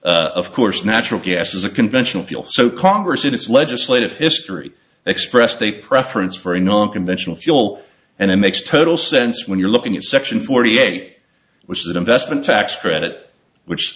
of course natural gas is a conventional fuel so congress in its legislative history expressed a preference for a non conventional fuel and it makes total sense when you're looking at section forty eight which is that investment tax credit which